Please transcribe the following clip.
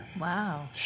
Wow